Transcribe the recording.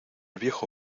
viejo